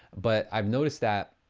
but i've noticed that,